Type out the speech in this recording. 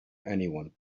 anyone